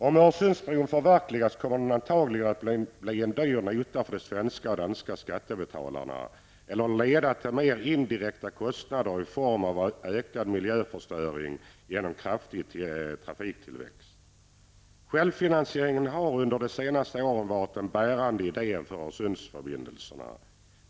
Om Öresundsbron förverkligas kommer den antagligen att medföra en dyr nota för de svenska och danska skattebetalarna eller leda till mera indirekta kostnader i form av ökad miljöförstöring på grund av kraftig trafiktillväxt. Självfinansieringen har under de senaste åren varit den bärande idén för Öresundsförbindelserna.